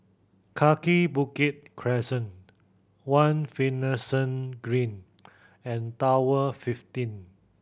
Kaki Bukit Crescent One Finlayson Green and Tower fifteen